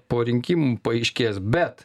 po rinkimų paaiškės bet